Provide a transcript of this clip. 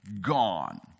gone